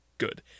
Good